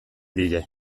die